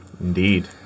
indeed